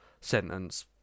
sentence